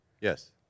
yes